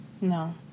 No